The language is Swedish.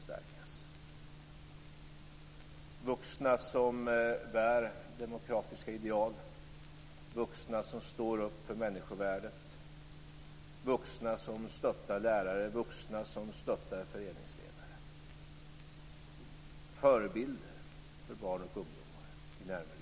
Det är vuxna som bär demokratiska ideal, vuxna som står upp för människovärdet, vuxna som stöttar lärare, vuxna som stöttar föreningsledare - förebilder för barn och ungdomar i närmiljön.